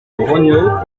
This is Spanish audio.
coronó